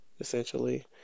essentially